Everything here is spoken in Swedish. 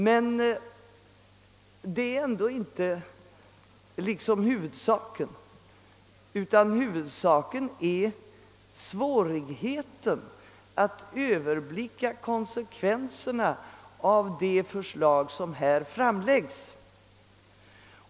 Men det är inte huvudsaken, utan det är svårigheten att överblicka konsekvenserna av det framlagda förslaget.